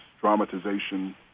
dramatization